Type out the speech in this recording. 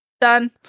Done